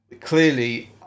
clearly